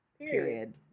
Period